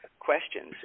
questions